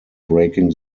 breaking